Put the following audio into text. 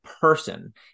person